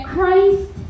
Christ